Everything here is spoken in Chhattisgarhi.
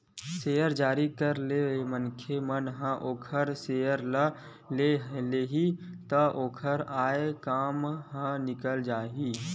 सेयर जारी करे ले मनखे मन ह ओखर सेयर ल ले लिही त ओखर आय काम ह निकल जाही